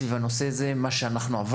סביב הנושא הזה, מה שעברנו,